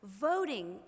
Voting